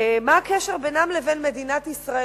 מה הקשר בינם לבין מדינת ישראל?